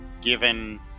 given